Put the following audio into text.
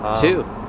two